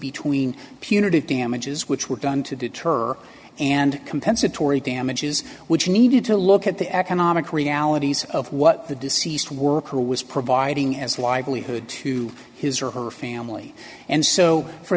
punitive damages which were done to deter and compensatory damages which needed to look at the economic realities of what the deceased worker was providing as livelihood to his or her family and so for